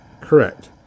Correct